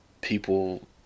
People